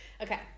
Okay